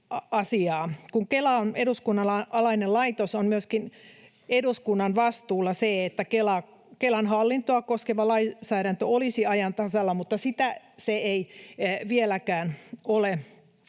Kun Kela on eduskunnan alainen laitos, on myöskin eduskunnan vastuulla se, että Kelan hallintoa koskeva lainsäädäntö olisi ajan tasalla, mutta sitä se ei vieläkään ole.